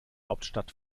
hauptstadt